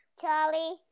Charlie